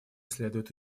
следует